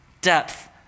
depth